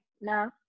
no